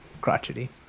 crotchety